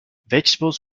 vegetables